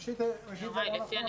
ראשית, זה לא נכון.